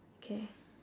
okay